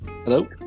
Hello